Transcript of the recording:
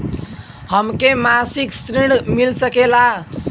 हमके मासिक ऋण मिल सकेला?